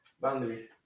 boundary